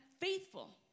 faithful